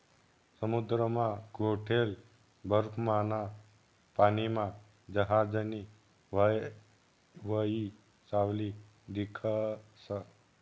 समुद्रमा गोठेल बर्फमाना पानीमा जहाजनी व्हावयी सावली दिखस